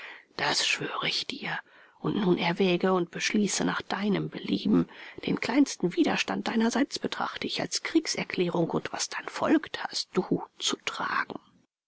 das schwöre ich dir und nun erwäge und beschließe nach deinem belieben den kleinsten widerstand deinerseits betrachte ich als kriegserklärung und was dann folgt hast du zu tragen